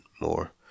more